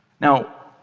now,